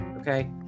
Okay